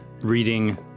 reading